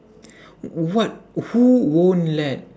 what who won't let